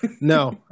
No